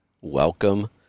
Welcome